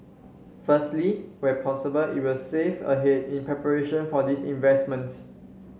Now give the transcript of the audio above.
firstly where possible it will save ahead in preparation for these investments